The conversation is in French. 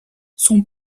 son